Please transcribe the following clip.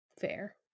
fair